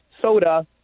soda